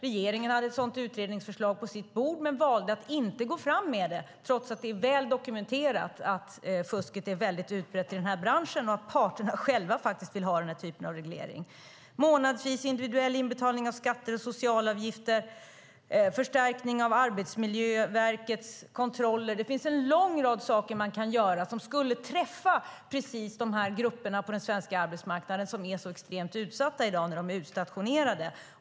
Regeringen hade ett sådant utredningsförslag på sitt bord men valde att inte gå fram med det, trots att det är väl dokumenterat att fusket är väldigt utbrett i den här branschen och att parterna själva vill ha den här typen av reglering. Vi föreslår även månadsvis individuell inbetalning av skatter och socialavgifter och förstärkning av Arbetsmiljöverkets kontroller. Det finns en lång rad saker man kan göra som skulle träffa precis de grupper på den svenska arbetsmarknaden som är så extremt utsatta i dag när de är utstationerade.